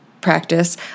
practice